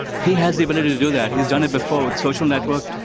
he has the ability to do that. he has done it before with social network,